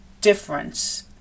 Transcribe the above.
difference